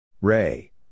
Ray